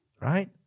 Right